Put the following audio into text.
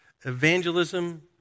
Evangelism